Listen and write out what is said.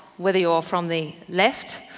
whether you are from the left,